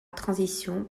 transition